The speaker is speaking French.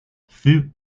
fut